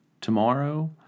tomorrow